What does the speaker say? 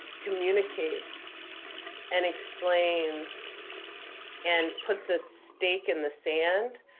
communicates and explains and puts a stake in the sand